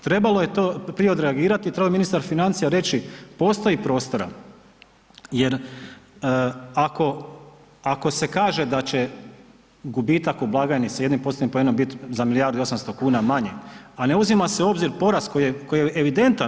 Trebalo je to prije odreagirati, trebao je ministar financija reći postoji prostora jer ako se kaže da će gubitak u blagajni s jednim postotnim poenom biti za milijardu i 800 kuna manje, a ne uzima se u obzir porast koji je evidentan.